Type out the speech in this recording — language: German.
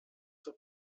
zur